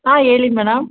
ಹಾಂ ಹೇಳಿ ಮೇಡಮ್